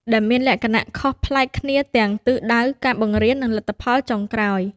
ដែលមានលក្ខណៈខុសប្លែកគ្នាទាំងទិសដៅ ការបង្រៀន និងលទ្ធផលចុងក្រោយ។